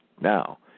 Now